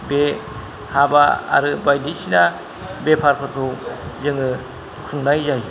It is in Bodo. बे हाबा आरो बायदिसिना बेफारफोरखौ जोङो खुंनाय जायो